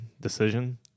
decision